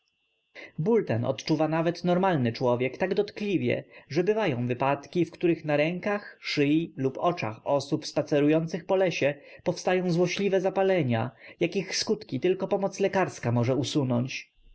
ból ten odczuwa nawet normalny człowiek tak dotkliwie że bywają wypadki w których na rękach szyi lub oczach osób spacerujących po lesie powstają złośliwe zapalenia jakich skutki tylko pomoc lekarska może usunąć